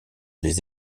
des